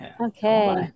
Okay